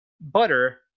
butter